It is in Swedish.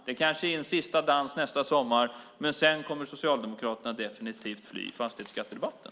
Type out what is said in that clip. Det kanske blir en sista dans nästa sommar, men sedan kommer Socialdemokraterna definitivt att fly fastighetsskattedebatten.